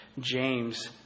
James